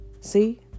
See